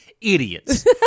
idiots